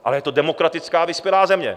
Ale je to demokratická vyspělá země.